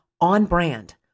on-brand